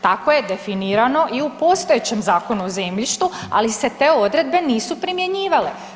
Tako je definirano i u postojećem Zakonu o zemljištu ali se te odredbe nisu primjenjivale.